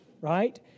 right